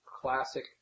classic